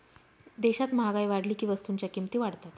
देशात महागाई वाढली की वस्तूंच्या किमती वाढतात